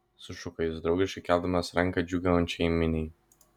sušuko jis draugiškai keldamas ranką džiūgaujančiai miniai